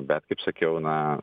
bet kaip sakiau na